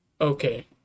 Okay